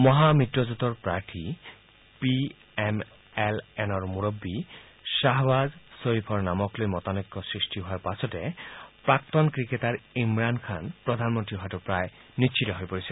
মহামিত্ৰজোঁটৰ প্ৰাৰ্থী P M L এনৰ মুৰববী শ্বাহৱাজ শ্বৰিফৰ নামক লৈ মতানৈক্য সৃষ্টি হোৱাৰ পাছতে প্ৰাক্তন ক্ৰিকেটাৰ ইমৰান খান প্ৰধানমন্ত্ৰী হোৱাটো প্ৰায় নিশ্চিত হৈ পৰিছে